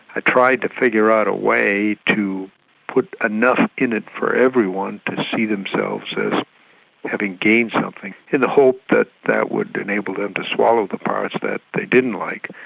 i tried to figure out a way to put enough in it for everyone to see themselves as having gained something, in the hope that that would enable them to swallow the parts that they didn't like,